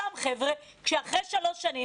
אותם חבר'ה אחרי שלוש שנים,